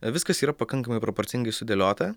viskas yra pakankamai proporcingai sudėliota